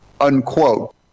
unquote